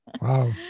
Wow